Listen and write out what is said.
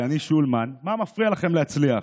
ב"אני שולמן": מה מפריע לכם להצליח?